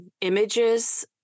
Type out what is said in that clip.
images